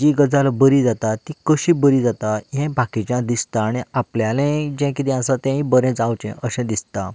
जी गजाल बरीं जाता ती कशीं बरी जाता हें बाकिच्यांक दिसतां आनी आपल्यालें जें कितें आसा तेंय बरें जावचें अशें दिसतां